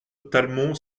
talmont